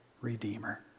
redeemer